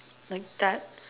like that